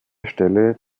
stelle